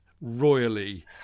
Royally